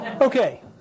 Okay